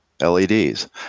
leds